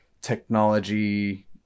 technology